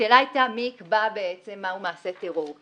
השאלה הייתה מי יקבע מהו מעשה טרור,